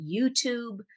YouTube